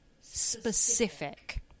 specific